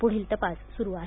पुढील तपास सुरु आहे